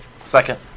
Second